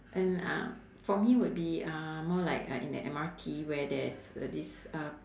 and uh for me would be uh more like like in the M_R_T where there's uh this uh